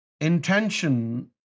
intention